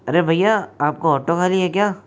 अरे भैया आपका ऑटो खाली है क्या